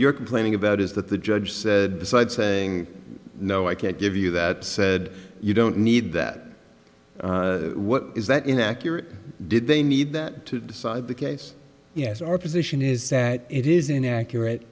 you're complaining about is that the judge said besides saying no i can't give you that said you don't need that what is that inaccurate or did they need that to decide the case yes our position is that it is inaccurate